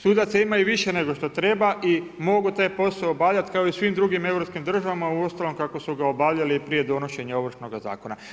Sudaca ima i više nego što treba i mogu taj posao obavljati kao i u svim drugim europskim državama uostalom kako su ga obavljali i prije donošenja Ovršnoga zakona.